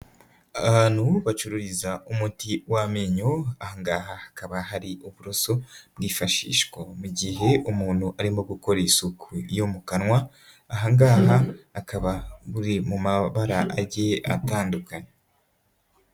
Abantu bacururiza umuti w'amenyo, aha ngaha hakaba hari uburoso bwifashishwa mu gihe umuntu arimo gukora isuku yo mu kanwa, aha ngaha akaba buri mu mabara agiye atandukanye.